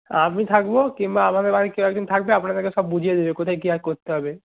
আমি থাকব কিংবা আমাদের বাড়ির কেউ একজন থাকবে আপনাদেরকে সব বুঝিয়ে দেবে কোথায় কী আর করতে হবে